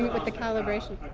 with the calibration.